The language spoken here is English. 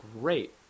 great